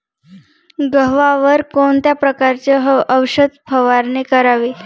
गव्हावर कोणत्या प्रकारची औषध फवारणी करावी?